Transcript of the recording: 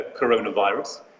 coronavirus